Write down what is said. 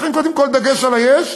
ולכן קודם כול דגש על היש,